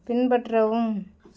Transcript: பின்பற்றவும்